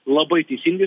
labai teisingai